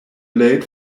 late